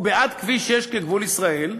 הוא בעד כביש 6 כגבול ישראל,